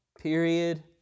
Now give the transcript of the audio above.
period